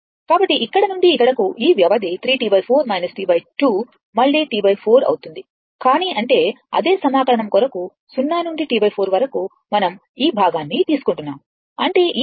కాబట్టి ఇక్కడ నుండి ఇక్కడకు ఈ వ్యవధి 3 T 4 T 2 మళ్ళీ T 4 అవుతుంది కానీ అంటే అదే సమాకలనం కొరకు 0 నుండి T 4 వరకు మనం ఈ భాగాన్ని తీసుకుంటున్నాము అంటే ఈ భాగాన్ని 5 T4 tdt